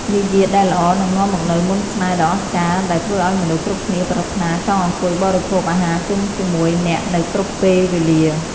មារយាទដែលល្អនឹងនាំមកនូវមន្តស្នេហ៍ដ៏អស្ចារ្យដែលធ្វើឱ្យមនុស្សគ្រប់គ្នាប្រាថ្នាចង់អង្គុយបរិភោគអាហារជុំជាមួយអ្នកនៅគ្រប់ពេលវេលា។